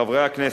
חברי הכנסת,